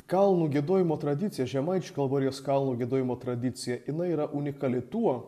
kalnų giedojimo tradicija žemaičių kalvarijos kalnų giedojimo tradicija jinai yra unikali tuo